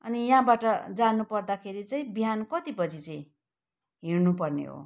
अनि यहाँबाट जानु पर्दाखेरि चाहिँ बिहान कतिबजी चाहिँ हिँड्नु पर्ने हो